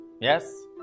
Yes